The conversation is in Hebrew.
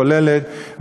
כוללת,